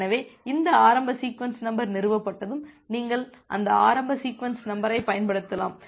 எனவே இந்த ஆரம்ப சீக்வென்ஸ் நம்பர் நிறுவப்பட்டதும் நீங்கள் அந்த ஆரம்ப சீக்வென்ஸ் நம்பரைப் பயன்படுத்தலாம்